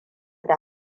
da